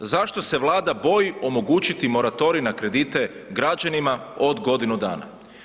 Zašto se Vlada boji omogućiti moratorij na kredite građanima od godinu dana?